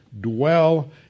Dwell